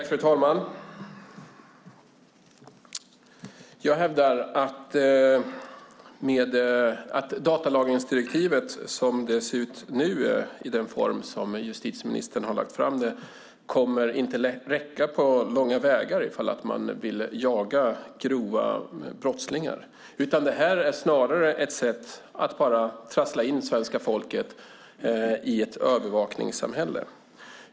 Fru talman! Jag hävdar att datalagringsdirektivet som det ser ut nu och i den form justitieministern har lagt fram det inte på långa vägar kommer att räcka ifall man vill jaga grova brottslingar. Detta är snarare ett sätt att trassla in svenska folket i ett övervakningssamhälle.